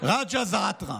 רג'א זעאתרה,